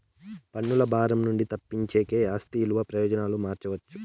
పన్నుల భారం నుండి తప్పించేకి ఆస్తి విలువ ప్రయోజనాలు మార్చవచ్చు